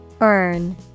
Earn